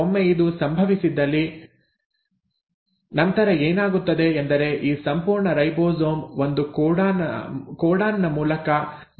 ಒಮ್ಮೆ ಇದು ಸಂಭವಿಸಿದಲ್ಲಿ ನಂತರ ಏನಾಗುತ್ತದೆ ಎಂದರೆ ಈ ಸಂಪೂರ್ಣ ರೈಬೋಸೋಮ್ ಒಂದು ಕೋಡಾನ್ ನ ಮೂಲಕ ಬಲಕ್ಕೆ ಹೋಗುತ್ತದೆ